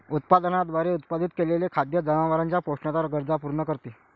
उत्पादनाद्वारे उत्पादित केलेले खाद्य जनावरांच्या पोषणाच्या गरजा पूर्ण करते